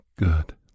good